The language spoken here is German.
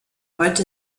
heute